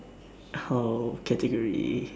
oh category